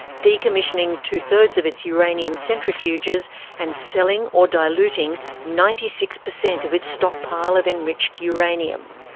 decommissioning two-thirds of its uranium centrifuges and selling or diluting ninety six percent of its stockpile of enriched uranium.